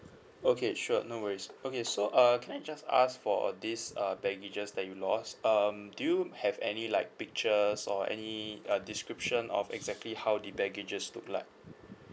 okay sure no worries okay so uh can I just ask for these uh baggages that you lost um do you have any like pictures or any uh description of exactly how the baggages look like